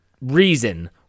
reason